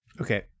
Okay